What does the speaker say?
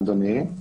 אדוני,